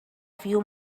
few